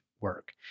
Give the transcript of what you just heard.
work